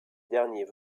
derniers